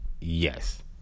yes